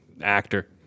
actor